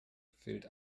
fehlt